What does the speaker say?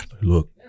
look